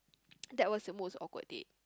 that was the most awkward date